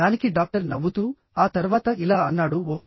దానికి డాక్టర్ నవ్వుతూ ఆ తర్వాత ఇలా అన్నాడు ఓహ్